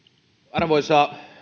arvoisa